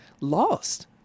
lost